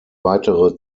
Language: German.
weitere